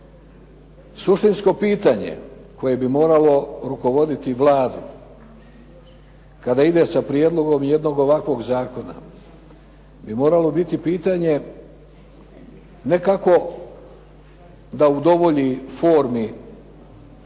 Suštinsko pitanje koje bi moralo rukovoditi Vladu kada ide sa prijedlogom jednog ovakvog zakona, bi moralo biti pitanje ne kako da udovolji formi